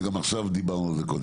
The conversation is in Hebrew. וגם עכשיו דיברנו על קודם.